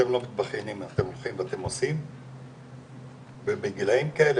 אתם לא מתבכיינים אתם הולכים ואתם עושים ובגילאים כאלה